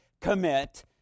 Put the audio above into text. commit